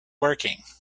working